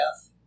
death